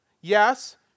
Yes